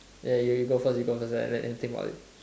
ya you go first you go first let let me think about it